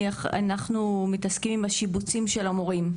אנחנו מתעסקים עם השיבוצים של המורים.